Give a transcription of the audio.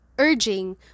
urging